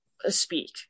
speak